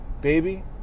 Baby